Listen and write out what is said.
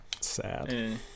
sad